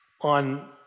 on